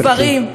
גברתי.